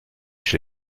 chez